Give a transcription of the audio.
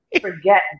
Forget